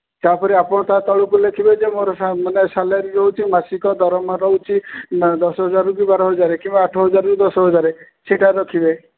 ତା'ପରେ ଆପଣ ତା ତଳକୁ ଲେଖିବେ ଯେ ମୋର ମାନେ ସାଲାରି ରହୁଛି ମାସିକ ଦରମା ରହୁଛି ଦଶ ହଜାରରୁ କି ବାର ହଜାର କିମ୍ବା ଆଠ ହଜାରରୁ ଦଶ ହଜାର ସେଇଟା ରଖିବେ